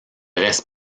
reste